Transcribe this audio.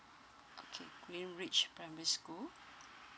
okay greenridge primary school